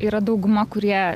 yra dauguma kurie